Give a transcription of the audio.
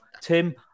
Tim